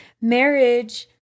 marriage